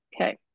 Okay